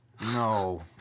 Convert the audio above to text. No